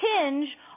hinge